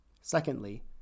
Secondly